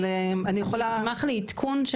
אבל אני יכולה --- נשמח לעדכון,